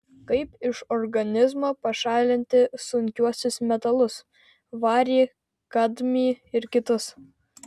kaip iš organizmo pašalinti sunkiuosius metalus varį kadmį ir kitus